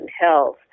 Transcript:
health